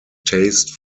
taste